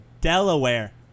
Delaware